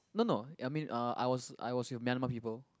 no no I mean uh I was I was with Myanmar people